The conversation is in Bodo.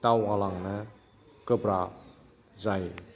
दावगालांनो गोब्राब जायो